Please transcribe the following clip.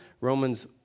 Romans